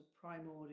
primordial